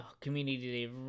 community